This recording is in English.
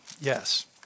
yes